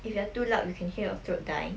if you are too loud you can hear your throat dying